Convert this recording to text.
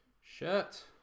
Shirt